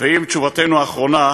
משפט אחרון, בבקשה.